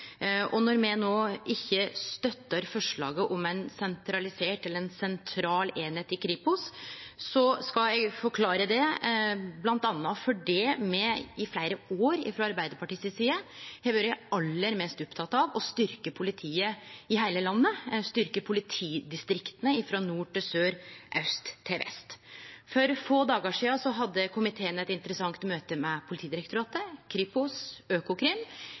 Når me no ikkje støttar forslaget om ei sentral eining i Kripos, skal eg forklare det. Det er bl.a. fordi me i fleire år frå Arbeidarpartiets side har vore aller mest opptekne av å styrkje politiet i heile landet, styrkje politidistrikta frå nord til sør, aust til vest. For få dagar sidan hadde komiteen eit interessant møte med Politidirektoratet, Kripos og Økokrim,